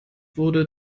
wurde